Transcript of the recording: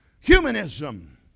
Humanism